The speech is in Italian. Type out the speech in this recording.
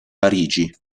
parigi